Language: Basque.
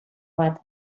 bat